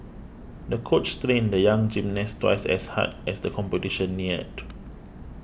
the coach trained the young gymnast twice as hard as the competition neared